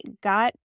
got